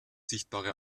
sichtbare